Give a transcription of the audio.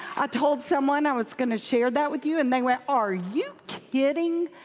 i told someone i was going to share that with you, and they went, are you kidding